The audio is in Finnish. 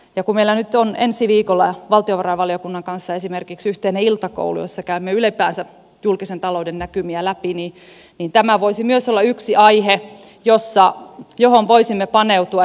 kun meillä nyt on ensi viikolla valtiovarainvaliokunnan kanssa esimerkiksi yhteinen iltakoulu jossa käymme ylipäänsä julkisen talouden näkymiä läpi niin tämä voisi myös olla yksi aihe johon voisimme paneutua